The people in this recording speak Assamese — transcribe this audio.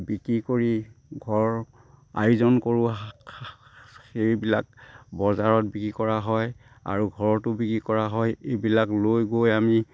বিক্ৰী কৰি ঘৰ আয়োজন কৰোঁ সেইবিলাক বজাৰত বিক্ৰী কৰা হয় আৰু ঘৰতো বিক্ৰী কৰা হয় এইবিলাক লৈ গৈ আমি